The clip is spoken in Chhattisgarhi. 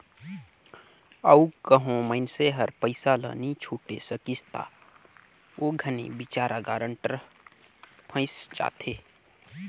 अउ कहों मइनसे हर पइसा ल नी छुटे सकिस ता ओ घनी बिचारा गारंटर फंइस जाथे